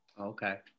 Okay